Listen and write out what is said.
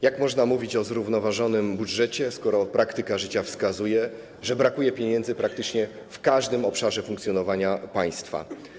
Jak można mówić o zrównoważonym budżecie, skoro praktyka życia wskazuje, że brakuje pieniędzy praktycznie w każdym obszarze funkcjonowania państwa?